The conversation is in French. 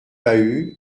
bahut